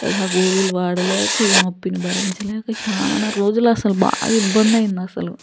ఇక ఆ గోళీలు వాడలేక ఈ నొప్పిని భరించలేక చాలా రోజులు అసలు బాగా ఇబ్బంది అయింది అసలు